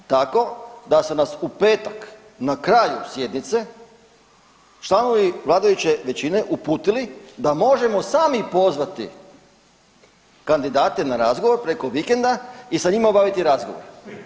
Tako da su nas u petak na kraju sjednice članovi vladajuće većine uputili da možemo sami pozvati kandidate na razgovor preko vikenda i sa njima obaviti razgovor.